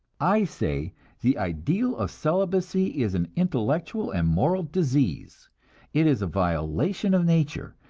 i say the ideal of celibacy is an intellectual and moral disease it is a violation of nature,